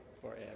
forever